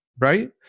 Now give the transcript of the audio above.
right